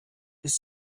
ist